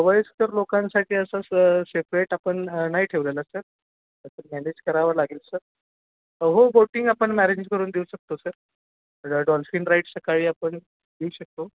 वयस्कर लोकांसाठी असं स सेपरेट आपण नाही ठेवलेला सर तसं मॅनेज करावं लागेल सर हो बोटिंग आपण ॲरेंज करून देऊ शकतो सर ड डॉल्फिन राईड सकाळी आपण देऊ शकतो